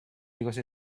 because